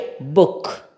book